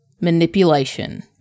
manipulation